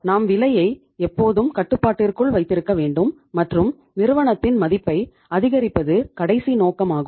நாம் விலையை எப்போதும் கட்டுப்பாட்டிற்குள் வைத்திருக்க வேண்டும் மற்றும் நிறுவனத்தின் மதிப்பை அதிகரிப்பது கடைசி நோக்கமாகும்